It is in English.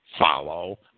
follow